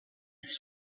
his